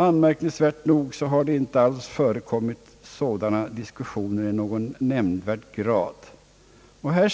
Anmärkningsvärt nog har det inte förekommit sådana diskussioner i någon nämnvärd grad på andra